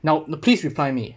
now the please refine me